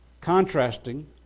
contrasting